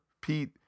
Pete